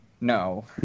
no